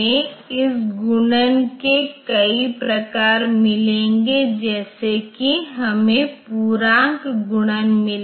अब software interrupt के मामले में इंस्ट्रक्शन फॉर्मेट SWI n है और यह SWI हार्डवेयर वेक्टर के लिए एक एक्सेप्शन ट्रैप का कारण बनता है